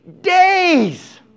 days